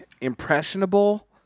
impressionable